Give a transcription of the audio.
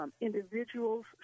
individuals